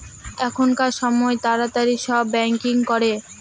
এখনকার সময় তাড়াতাড়ি সব ব্যাঙ্কিং করে